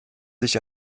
sich